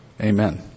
Amen